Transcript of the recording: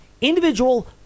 Individual